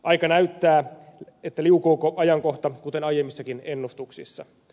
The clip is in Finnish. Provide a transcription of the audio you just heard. aika näyttää liukuuko ajankohta kuten aiemmissakin ennustuksissa